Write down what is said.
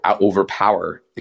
overpower